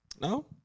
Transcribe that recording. No